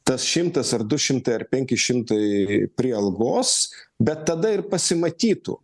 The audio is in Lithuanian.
tas šimtas ar du šimtai ar penki šimtai prie algos bet tada ir pasimatytų